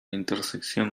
intersección